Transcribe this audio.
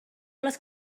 les